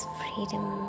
freedom